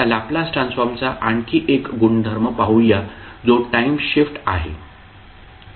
आता लॅपलास ट्रान्सफॉर्मचा आणखी एक गुणधर्म पाहूया जो टाइम शिफ्ट आहे